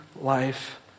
life